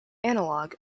analog